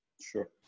Sure